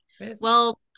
Well-